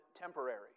temporary